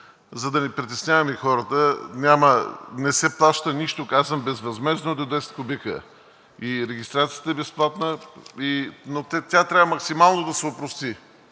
за да не притесняваме хората. Не се плаща нищо. Казвам безвъзмездно до 10 кубика е и регистрацията е безплатна, но тя трябва максимално да се опрости,